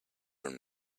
from